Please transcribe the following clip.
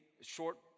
short